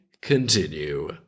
continue